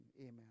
amen